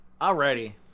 Alrighty